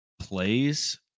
plays